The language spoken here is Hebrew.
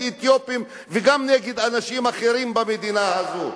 אתיופים וגם נגד אנשים אחרים במדינה הזאת.